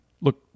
Look